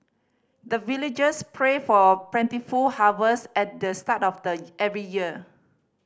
the villagers pray for plentiful harvest at the start of the every year